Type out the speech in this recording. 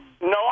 no